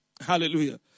Hallelujah